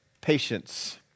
patience